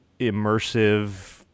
immersive